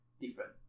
different